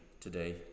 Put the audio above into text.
today